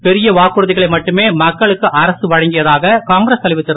பெரிய வாக்குறுதிகளை மட்டுமே மக்களுக்கு அரசு வழங்கியதாக காங்கிரஸ் தலைவர் திரு